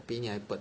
比你还笨